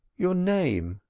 your name?